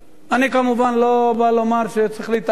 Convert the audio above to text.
אני כמובן לא בא לומר שצריך להתערב,